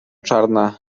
czarna